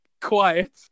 Quiet